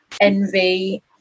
envy